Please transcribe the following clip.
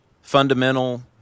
fundamental